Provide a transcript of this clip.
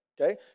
okay